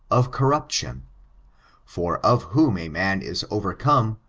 of corruption for of whom a man is overcome,